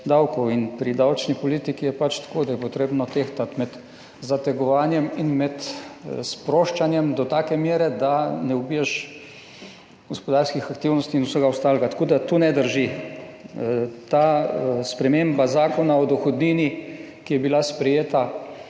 in pri davčni politiki je tako, da je potrebno tehtati med zategovanjem in med sproščanjem do take mere, da ne ubiješ gospodarskih aktivnosti in vsega ostalega. Tako da, to ne drži. Ta sprememba Zakona o dohodnini, ki je bila sprejeta